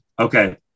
Okay